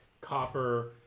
copper